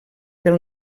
pel